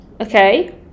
okay